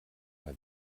mal